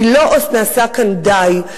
כי לא נעשה כאן די.